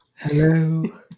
Hello